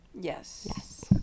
Yes